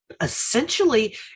essentially